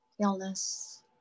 illness